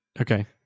Okay